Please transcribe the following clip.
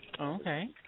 Okay